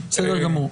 בסדר גמור.